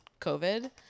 COVID